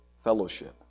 fellowship